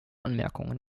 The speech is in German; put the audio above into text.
anmerkungen